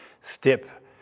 step